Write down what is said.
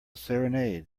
serenade